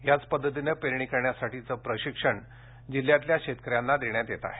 याच पद्धतीनं पेरणी करण्यासाठीचे प्रशिक्षण जिल्ह्यातील शेतकऱ्यांना देण्यात येत आहे